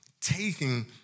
taking